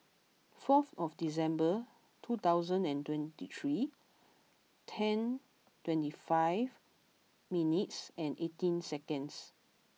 forth of December two thousand and twenty three ten twenty five minutes and eighteen seconds